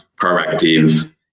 proactive